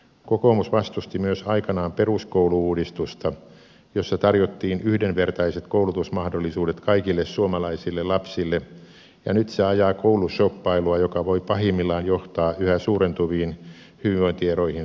kokoomus myös vastusti aikanaan peruskoulu uudistusta jossa tarjottiin yhdenvertaiset koulutusmahdollisuudet kaikille suomalaisille lapsille ja nyt se ajaa koulushoppailua joka voi pahimmillaan johtaa yhä suurentuviin hyvinvointieroihin suomessa